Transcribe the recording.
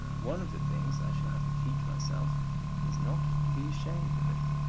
one of the things i shall have to teach myself is not to be ashamed of it.